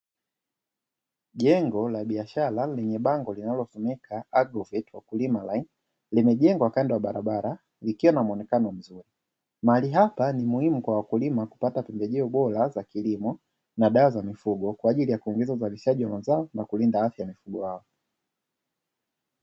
Jengo la biashara lenye bango linalosomeka agroveti wakulima line, limejengwa kando ya barabara likiwa na mwonekano mzuri, mahali hapa ni muhimu kwa wakulima kupata pembejeo bora za kilimo na dawa za mifugo, kwa ajili ya kuongeza uzalishaji wa mazao na kulinda afya mifugo wao.